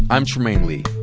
i'm trymaine lee.